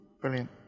Brilliant